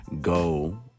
go